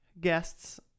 guests